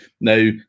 Now